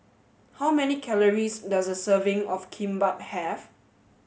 how many calories does a serving of Kimbap have